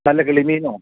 നല്ല കിളി മീനോ